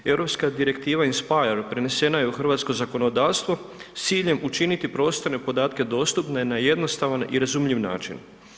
EU direktiva Inspire prenesena je u hrvatsko zakonodavstvo s ciljem učiniti prostorne podatke dostupne na jednostavan i razumljiv način.